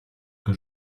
que